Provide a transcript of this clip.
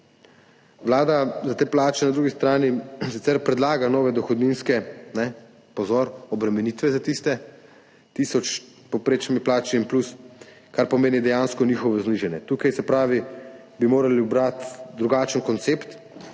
Vlada za te plače na drugi strani sicer predlaga nove dohodninske, pozor, obremenitve za tiste s tisoč, povprečnimi plačami in plus, kar pomeni dejansko njihovo znižanje. Tukaj bi morali ubrati drugačen koncept,